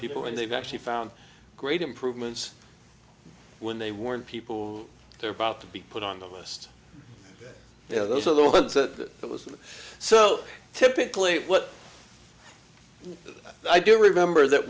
people and they've actually found great improvements when they warn people they're about to be put on the list you know those are the ones that it was so typically what i do remember that